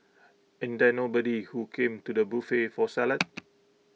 ain't there nobody who came to the buffet for salad